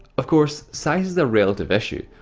of course, size is a relative issue.